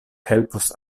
helpos